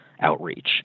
outreach